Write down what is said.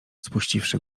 spuściwszy